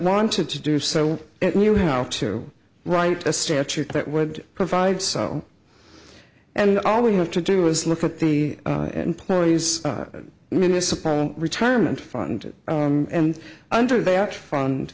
wanted to do so and knew how to write a statute that would provide so and all we have to do is look at the employee's municipal retirement fund and under the act fund